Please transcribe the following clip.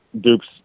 Duke's